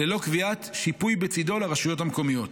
ללא קביעת שיפוי בצידה לרשויות המקומיות.